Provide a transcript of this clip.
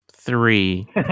three